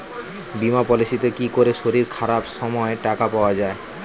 বীমা পলিসিতে কি করে শরীর খারাপ সময় টাকা পাওয়া যায়?